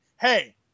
hey